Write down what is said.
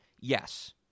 Yes